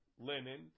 linen